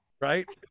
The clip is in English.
Right